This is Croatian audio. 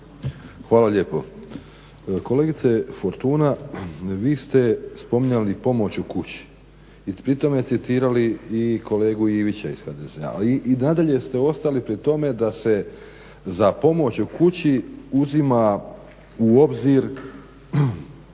Hvala lijepo. Kolegice Fortuna, vi ste spominjali pomoć u kući i pri tome citirali i kolegu Ivića iz HDZ-a. Ali i nadalje ste ostali pri tome da se za pomoć u kući uzima u obzir,